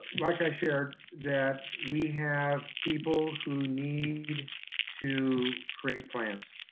like i shared, that we have people who need to create plans.